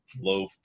low